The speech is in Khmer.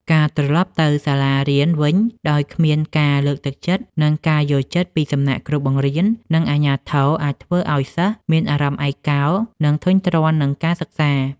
ការត្រឡប់ទៅសាលារៀនវិញដោយគ្មានការលើកទឹកចិត្ត និងការយល់ចិត្តពីសំណាក់គ្រូបង្រៀន និងអាជ្ញាធរ អាចធ្វើឱ្យសិស្សមានអារម្មណ៍ឯកោ និងធុញទ្រាន់នឹងការសិក្សា។